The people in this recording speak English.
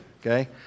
Okay